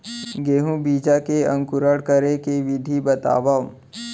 गेहूँ बीजा के अंकुरण करे के विधि बतावव?